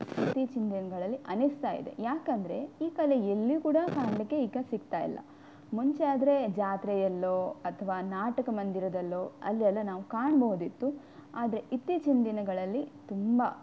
ಇತ್ತೀಚಿನ ದಿನಗಳಲ್ಲಿ ಅನಿಸ್ತಾ ಇದೆ ಯಾಕಂದರೆ ಈ ಕಲೆ ಎಲ್ಲಿ ಕೂಡ ಕಾಣಲಿಕ್ಕೆ ಈಗ ಸಿಗ್ತಾ ಇಲ್ಲ ಮುಂಚೆ ಆದರೆ ಜಾತ್ರೆಯಲ್ಲೋ ಅಥವಾ ನಾಟಕ ಮಂದಿರದಲ್ಲೋ ಅಲ್ಲೆಲ್ಲ ನಾವು ಕಾಣಬಹುದಿತ್ತು ಆದರೆ ಇತ್ತೀಚಿನ ದಿನಗಳಲ್ಲಿ ತುಂಬ